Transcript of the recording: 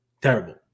Terrible